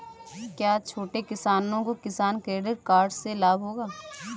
क्या छोटे किसानों को किसान क्रेडिट कार्ड से लाभ होगा?